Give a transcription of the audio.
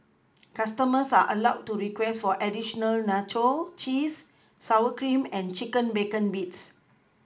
customers are allowed to request for additional nacho cheese sour cream and chicken bacon bits